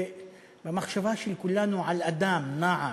במחשבה של כולנו על אדם, נער,